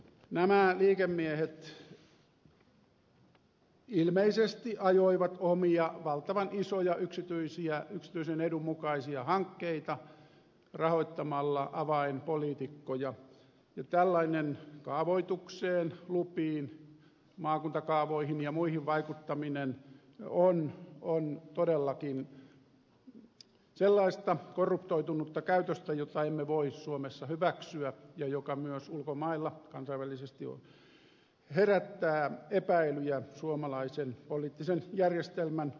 nämä liikemiehet ilmeisesti ajoivat omia valtavan isoja yksityisen edun mukaisia hankkeita rahoittamalla avainpoliitikkoja ja tällainen kaavoitukseen lupiin maakuntakaavoihin ja muihin vaikuttaminen on todellakin sellaista korruptoitunutta käytöstä jota emme voi suomessa hyväksyä ja joka myös ulkomailla kansainvälisesti herättää epäilyjä suomalaisen poliittisen järjestelmän uskottavuudesta